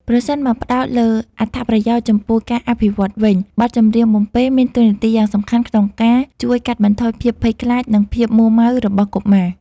ប្រសិនបើផ្ដោតលើអត្ថប្រយោជន៍ចំពោះការអភិវឌ្ឍវិញ បទចម្រៀងបំពេមានតួនាទីយ៉ាងសំខាន់ក្នុងការជួយកាត់បន្ថយភាពភ័យខ្លាច និងភាពមួរម៉ៅរបស់កុមារ។